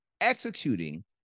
executing